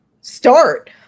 start